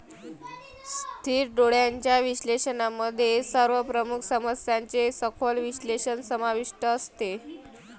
स्थिर डोळ्यांच्या विश्लेषणामध्ये सर्व प्रमुख समस्यांचे सखोल विश्लेषण समाविष्ट असते